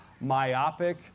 myopic